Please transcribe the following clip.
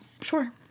sure